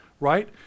right